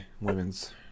women's